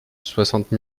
soixante